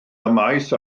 ymaith